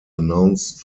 announced